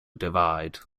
divide